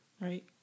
Right